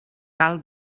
cal